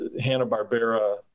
Hanna-Barbera